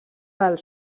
del